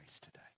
today